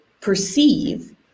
perceive